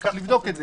צריך לבדוק את זה.